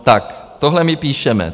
Tak tohle my píšeme.